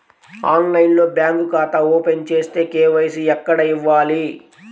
ఆన్లైన్లో బ్యాంకు ఖాతా ఓపెన్ చేస్తే, కే.వై.సి ఎక్కడ ఇవ్వాలి?